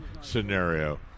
scenario